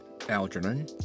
Algernon